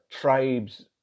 tribes